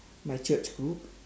my church group